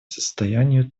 состоянию